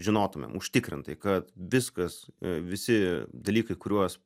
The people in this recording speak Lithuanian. žinotumėm užtikrintai kad viskas visi dalykai kuriuos